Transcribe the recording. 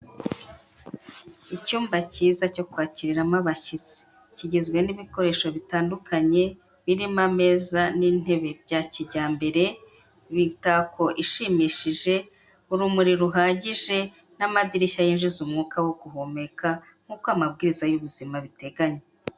Icyumba cyiza cyo kwakiriramo abashyitsi, kigizwe n'ibikoresho bitandukanye, birimo ameza n'intebe bya kijyambere, imitako ishimishije, urumuri ruhagije n'amadirishya yinjiza umwuka wo guhumeka nkuko amabwiriza y'ubuzima abiteganya.